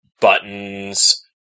buttons